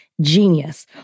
Genius